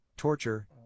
torture